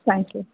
thank you